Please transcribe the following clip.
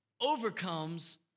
overcomes